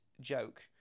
joke